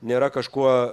nėra kažkuo